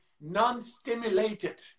non-stimulated